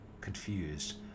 Confused